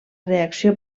reacció